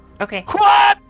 Okay